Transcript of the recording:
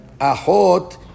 Ahot